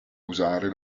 usare